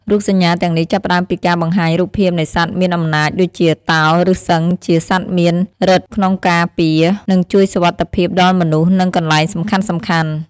រូបសញ្ញាទាំងនេះចាប់ផ្តើមពីការបង្ហាញរូបភាពនៃសត្វមានអំណាចដូចជា តោ ឬសិង្ហជាសត្វមានឫទ្ធិក្នុងការពារ និងជួយសុវត្ថិភាពដល់មនុស្ស និងកន្លែងសំខាន់ៗ។